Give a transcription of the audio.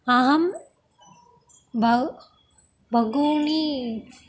अहं बहु बहूनि